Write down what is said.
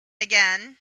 again